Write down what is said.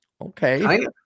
Okay